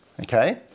okay